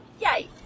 Yay